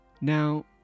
Now